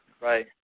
right